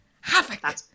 Havoc